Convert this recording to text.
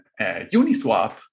Uniswap